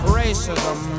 racism